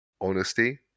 Honesty